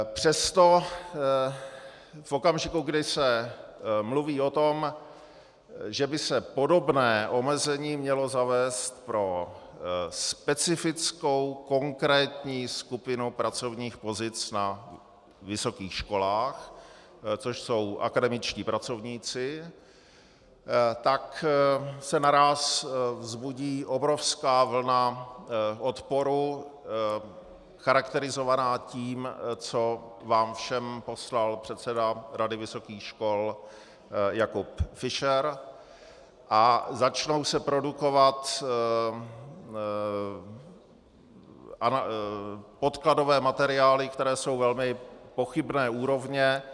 Přesto v okamžiku, kdy se mluví o tom, že by se podobné omezení mělo zavést pro specifickou konkrétní skupinu pracovních pozic na vysokých školách, což jsou akademičtí pracovníci, tak se naráz vzbudí obrovská vlna odporu charakterizovaná tím, co vám všem poslal předseda Rady vysokých škol Jakub Fischer, a začnou se produkovat podkladové materiály, které jsou velmi pochybné úrovně.